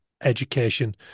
education